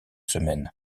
semaines